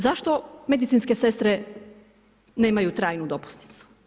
Zašto medicinske sestre nemaju trajnu dopusnicu?